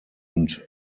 und